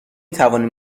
توانیم